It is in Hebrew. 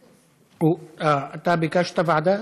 אה, ביקשת ועדה?